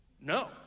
No